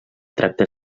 tracta